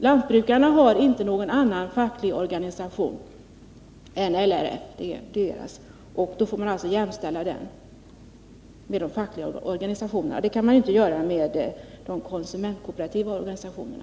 Lantbrukarna har inte någon annan facklig organisation än LRF, och då får man alltså jämställa LRF med de fackliga organisationerna. Det kan man inte gör med de konsumentkooperativa organisationerna.